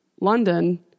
London